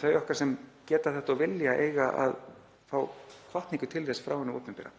Þau okkar sem geta þetta og vilja eiga að fá hvatningu til þess frá hinu opinbera